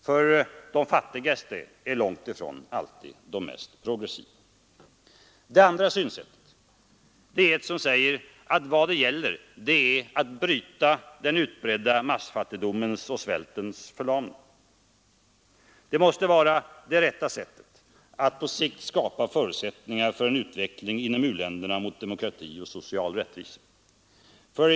För de fattigaste är långt ifrån alltid de mest progressiva. Det andra synsättet är det som säger att vad det gäller är att bryta den utbredda massfattigdomens och svältens förlamning. Det måste vara den rätta vägen att på sikt skapa förutsättningar för en utveckling inom u-länderna mot demokrati och social rättvisa.